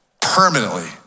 Permanently